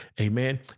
amen